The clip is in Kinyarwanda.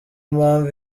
mpamvu